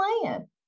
playing